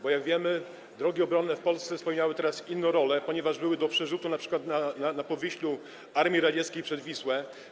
Bo jak wiemy, drogi obronne w Polsce spełniały inną rolę, ponieważ służyły do przerzutu np. na Powiślu Armii Radzieckiej przez Wisłę.